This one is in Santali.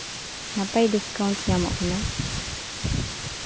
ᱱᱟᱯᱟᱭ ᱰᱤᱥᱠᱟᱣᱩᱱᱴ ᱧᱟᱢᱚᱜ ᱠᱟᱱᱟ